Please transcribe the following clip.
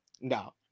No